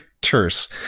terse